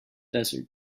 desert